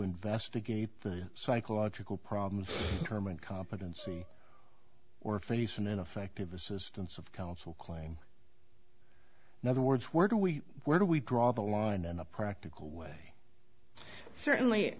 investigate the psychological problems term incompetency or for use an ineffective assistance of counsel claim another words where do we where do we draw the line in a practical way certainly